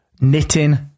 knitting